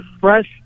fresh